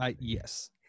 Yes